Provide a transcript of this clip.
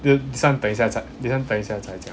this one 等一下再 this one 等一下才讲